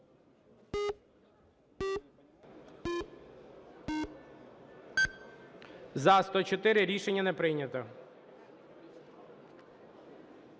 За-102 Рішення не прийнято.